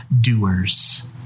doers